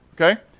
Okay